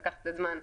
לקח קצת זמן,